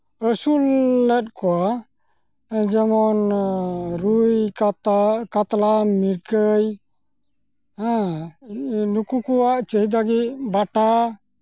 ᱟᱹᱥᱩᱞ ᱞᱮᱫ ᱠᱚᱣᱟ ᱡᱮᱢᱚᱱ ᱨᱩᱭ ᱠᱟᱛᱟ ᱠᱟᱛᱞᱟ ᱢᱤᱨᱜᱟᱹᱭ ᱦᱮᱸ ᱱᱩᱠᱩ ᱠᱚᱣᱟᱜ ᱪᱟᱹᱦᱤᱫᱟ ᱜᱮ ᱵᱟᱴᱟ